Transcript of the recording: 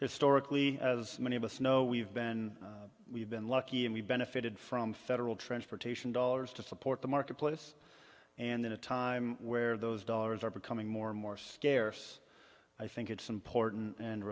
historically as many of us know we've been we've been lucky and we've benefited from federal transportation dollars to support the marketplace and in a time where those dollars are becoming more and more scarce i think it's important and